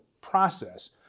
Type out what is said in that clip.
process